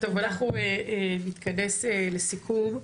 אנחנו נתכנס לסיכום.